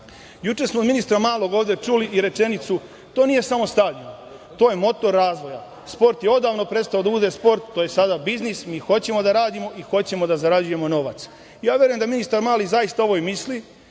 smo od ministra Malog ovde čuli i rečenicu: „To nije samo stadion, to je motor razvoja. Sport je odavno prestao da bude sport, to je sada biznis, mi hoćemo da radimo i hoćemo da zarađujemo novac“. Ja verujem da ministar Mali ovo i misli,